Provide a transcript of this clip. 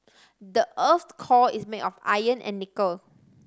the earth's core is made of iron and nickel